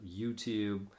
YouTube